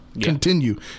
Continue